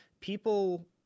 people